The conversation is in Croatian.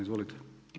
Izvolite.